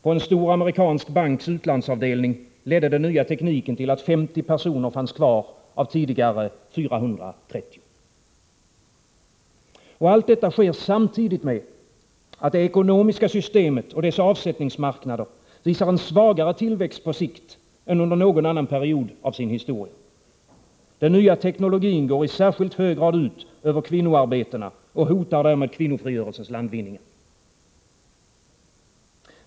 På en stor amerikansk banks utlandsavdelning ledde den nya tekniken till att 50 personer fanns kvar av tidigare 430. Allt detta sker samtidigt med att det ekonomiska systemet och dess avsättningsmarknader visar en svagare tillväxt på sikt än under någon annan period av sin historia. Den nya teknologin går i särskilt hög grad ut över kvinnoarbetena och hotar därmed kvinnofrigörelsens landvinningar.